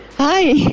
Hi